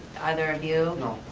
either of you? no,